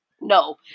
no